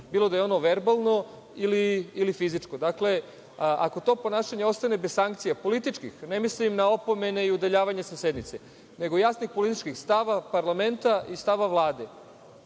bilo da je ono verbalno ili fizičko. Dakle, ako to ponašanje ostane bez sankcija političkih, ne mislim na opomene i udaljavanja sa sednice, nego jasnih političkih stavova parlamenta i stava Vlade,